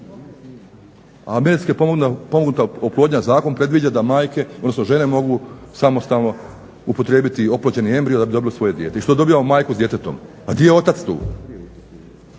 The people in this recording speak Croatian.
a medicinski pomognuta oplodnja zakon predviđa da majke, odnosno žene mogu samostalno upotrijebiti oplođeni embrio da bi dobilo svoje dijete. I što dobivamo? Majku s djetetom. A di je otac tu?